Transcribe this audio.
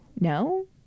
No